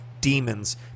demons